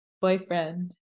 boyfriend